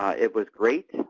ah it was great.